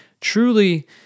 truly